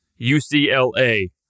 UCLA